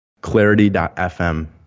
Clarity.fm